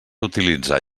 utilitzar